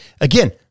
Again